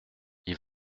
ils